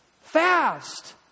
Fast